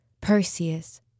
Perseus